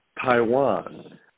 Taiwan